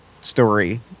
story